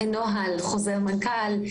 נוהל, חוזר מנכ"ל.